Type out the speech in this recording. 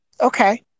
Okay